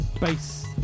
bass